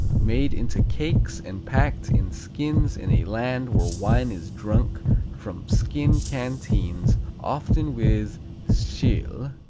made into cakes and packed in skins in a land where wine is drunk from skin canteens, often with tschil.